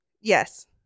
Yes